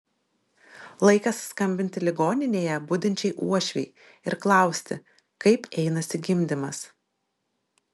laikas skambinti ligoninėje budinčiai uošvei ir klausti kaip einasi gimdymas